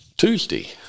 Tuesday